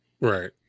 Right